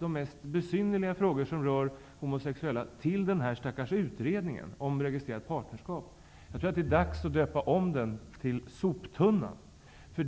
de mest besynnerliga frågor som rör homosexuella hänvisas till den här stackars utredningen om registrerat partnerskap. Jag tror att det är dags att döpa om den till soptunnan.